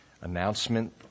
announcement